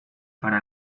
para